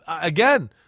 Again